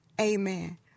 Amen